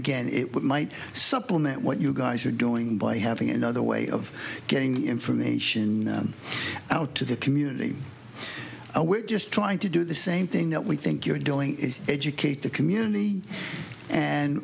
again it would might supplement what you guys are doing by having another way of getting information out to the community and we're just trying to do the same thing that we think you're doing is educate the community and